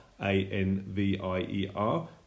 A-N-V-I-E-R